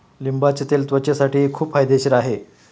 लिंबाचे तेल त्वचेसाठीही खूप फायदेशीर आहे